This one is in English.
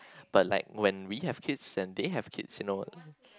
but like when we have kids then they have kids you know